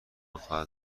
خواهد